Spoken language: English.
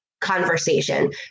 conversation